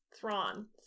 Thrawn